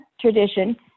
tradition